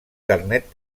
carnet